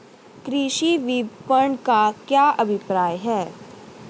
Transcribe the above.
कृषि विपणन का क्या अभिप्राय है?